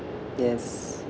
yes